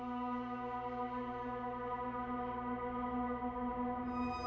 no